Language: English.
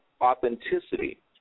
authenticity